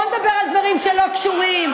בואו נדבר על דברים שלא קשורים,